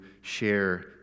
share